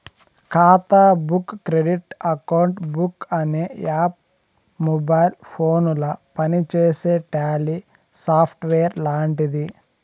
ఖాతా book credit account book అనే app mobile ఫోనుల పనిచేసే టాలీ సాఫ్ట్వేర్ లాంటిది